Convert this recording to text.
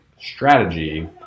strategy